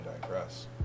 digress